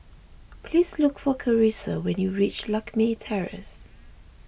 please look for Karissa when you reach Lakme Terrace